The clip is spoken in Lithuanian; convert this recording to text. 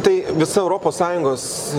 tai visa europos sąjungos